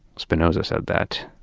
spinosa said that.